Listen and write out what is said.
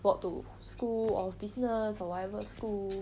walk to school of business or whatever school